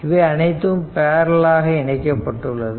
இவை அனைத்தும் பேரலல் ஆக இணைக்கப்பட்டுள்ளது